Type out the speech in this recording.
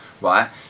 right